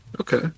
Okay